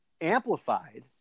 amplified